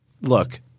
look